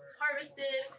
harvested